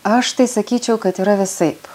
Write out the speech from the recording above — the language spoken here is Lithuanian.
aš tai sakyčiau kad yra visaip